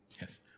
Yes